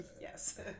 Yes